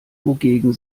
wogegen